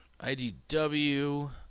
IDW